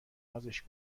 نازش